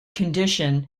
condition